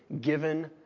given